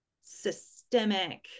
systemic